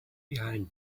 behind